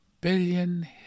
billion